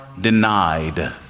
denied